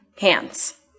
hands